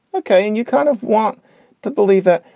ok. and you kind of want to believe that,